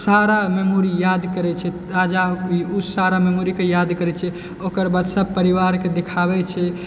सारा memory याद करै छै ताजा ओ सारा मेमोरी के याद करै छै ओकरबाद सब परिवार के देखाबै छै